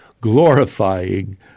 glorifying